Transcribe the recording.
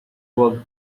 wagged